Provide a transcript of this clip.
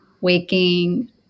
waking